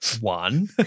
One